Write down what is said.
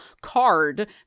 card